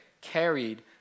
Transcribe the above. carried